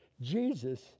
Jesus